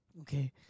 Okay